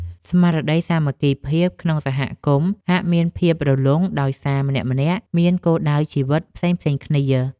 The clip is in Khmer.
ស្មារតីសាមគ្គីភាពក្នុងសហគមន៍ហាក់មានភាពរលុងដោយសារម្នាក់ៗមានគោលដៅជីវិតផ្សេងៗគ្នា។